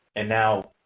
and now,